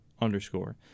underscore